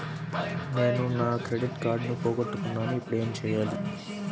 నేను నా క్రెడిట్ కార్డును పోగొట్టుకున్నాను ఇపుడు ఏం చేయాలి?